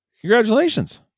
congratulations